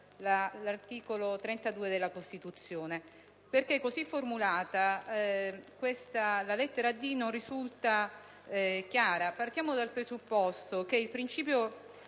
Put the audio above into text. all'articolo 32 della Costituzione, perché così formulata tale lettera non risulta chiara. Partiamo dal presupposto che il principio